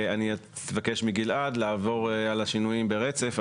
אני אבקש מגלעד לעבור על השינויים ברצף,